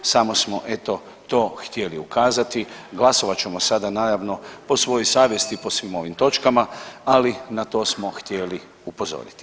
Samo smo eto, to htjeli ukazati, glasovat ćemo sada najavno po svojoj savjesti, po svim ovim točkama, ali na to smo htjeli upozoriti.